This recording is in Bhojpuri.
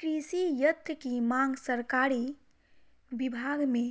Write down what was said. कृषि यत्र की मांग सरकरी विभाग में